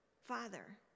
Father